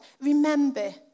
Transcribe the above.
remember